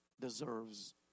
deserves